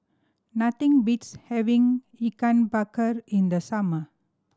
nothing beats having Ikan Bakar in the summer